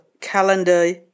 calendar